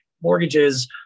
mortgages